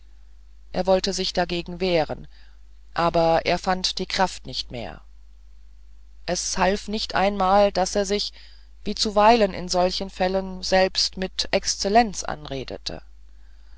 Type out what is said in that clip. er wollte sich dagegen wehren aber er fand die kraft nicht mehr es half nicht einmal daß er sich wie zuweilen in solchen fällen selber mit exzellenz anredete